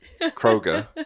kroger